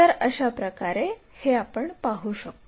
तर अशाप्रकारे आपण हे पाहू शकतो